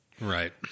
Right